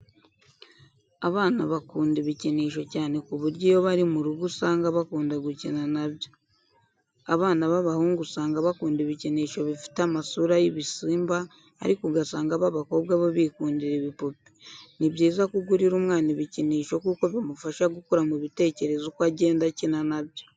Abana bakunda ibikinisho cyane ku buryo iyo bari mu rugo usanga bakunda gukina na byo. Abana b'abahungu usanga bakunda ibikinisho bifite amasura y'ibisimba ariko ugasanga ab'abakobwa bo bikundira ibipupe. Ni byiza ko ugurira umwana ibikinisho kuko bimufasha gukura mu bitekerezo uko agenda akina na byo.